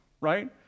right